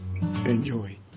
Enjoy